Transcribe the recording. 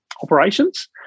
operations